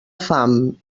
fam